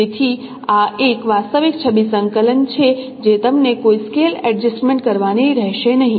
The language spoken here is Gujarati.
તેથી આ એક વાસ્તવિક છબી સંકલન છે જે તમને કોઈ સ્કેલ એડજસ્ટમેન્ટ કરવાની રહેશે નહીં